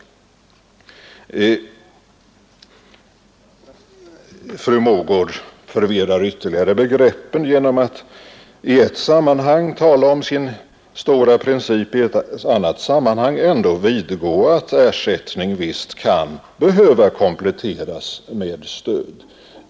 Fru Mogård förvirrar ytterligare begreppen genom att i ett sammanhang tala om sin stora princip och i ett annat sammanhang ändå vidgå att ersättning visst kan behöva kompletteras med ett stöd.